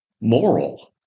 moral